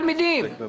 תבדוק אותי.